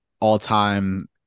all-time